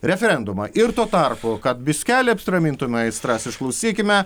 referendumą ir tuo tarpu kad biskelį apsiramintume aistras išklausykime